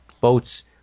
boats